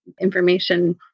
information